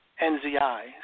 N-Z-I